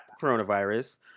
coronavirus